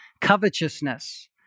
covetousness